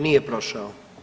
Nije prošao.